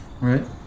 Right